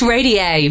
Radio